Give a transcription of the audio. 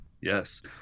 Yes